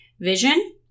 vision